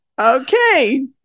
okay